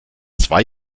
zwei